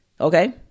Okay